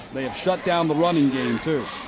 they have shut down the running game, too.